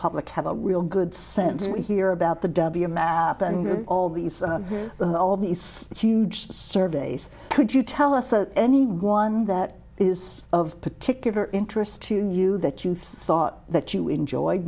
public have a real good sense we hear about the w map and all these all these huge surveys could you tell us a anyone that is of particular interest to you that you thought that you enjoy